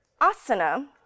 asana